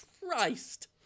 Christ